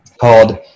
called